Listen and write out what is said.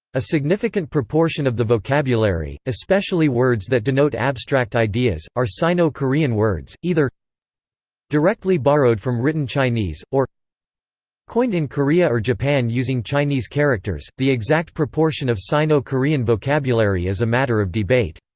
a significant proportion of the vocabulary, especially words that denote abstract ideas, are sino-korean words, either directly borrowed from written chinese, or coined in korea or japan using chinese characters the exact proportion of sino-korean vocabulary is a matter of debate.